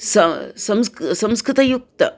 सा संस्कृतं संस्कृतयुक्तं